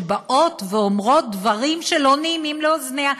שאומרות דברים שאינם נעימים לאוזניה?